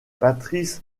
patrice